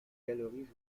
galerie